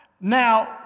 Now